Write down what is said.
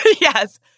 Yes